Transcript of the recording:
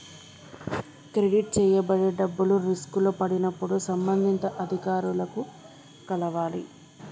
credit చేయబడే డబ్బులు రిస్కులో పడినప్పుడు సంబంధిత అధికారులను కలవాలి